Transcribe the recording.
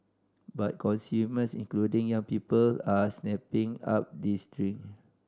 but consumers including young people are snapping up these drink